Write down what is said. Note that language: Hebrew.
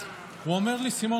הוא אמר לי: סימון,